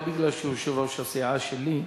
לא בגלל שהוא יושב-ראש הסיעה שלי,